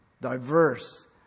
diverse